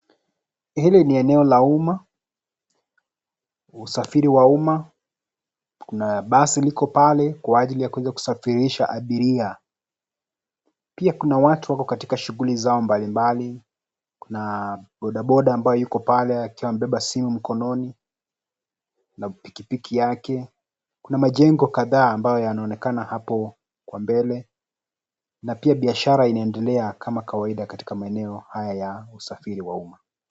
Hili ni eneo la umma. Usafiri wa umma. Kuna basi liko pale kwa ajili ya kuweza kusafirisha abiria. Pia kuna watu wako katika shughuli zao mbalimbali. Kuna bodaboda ambayo yuko pale akiwa amebeba simu mkononi, na pikipiki yake. Kuna majengo kadhaa ambayo yanaonekana hapo kwa mbele, na pia biashara inaendelea kama kawaida katika maeneo haya ya usafiri wa umma.